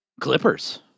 Clippers